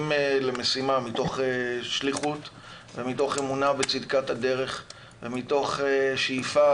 למשימה מתוך שליחות ומתוך אמונה בצדקת הדרך ומתוך שאיפה